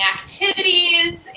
activities